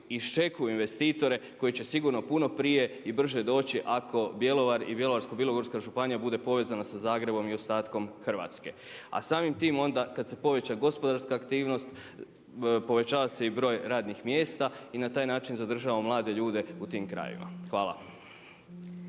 iščekuju investitore koji će sigurno puno prije i brže doći ako Bjelovar i Bjelovarsko-bilogorska županija bude povezana sa Zagrebom i ostatkom Hrvatske. A samim tim onda kad se poveća gospodarska aktivnost, povećava se i broj radnih mjesta i na taj način zadržavamo mlade ljude u tim krajevima. Hvala.